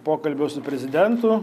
pokalbio su prezidentu